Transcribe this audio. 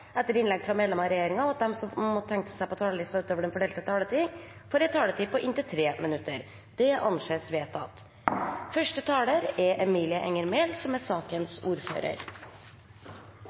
etter innlegg frå medlemer av regjeringa, og at dei som måtte teikna seg på talarlista utover den fordelte taletida, får ei taletid på inntil 3 minutt. – Det